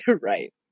Right